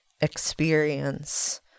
experience